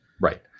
right